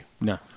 No